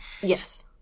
Yes